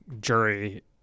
jury